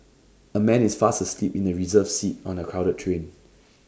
A man is fast asleep in A reserved seat on A crowded train